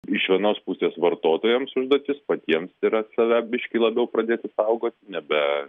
iš vienos pusės vartotojams užduotis patiems yra save biški labiau pradėti saugoti nebe